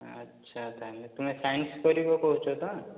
ଆଛା ତା'ହେଲେ ତୁମେ ସାଇନ୍ସ କରିବ କହୁଛ ତ